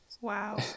Wow